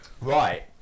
right